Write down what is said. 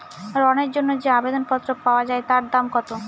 ঋণের জন্য যে আবেদন পত্র পাওয়া য়ায় তার দাম কত?